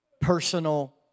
personal